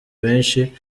benshi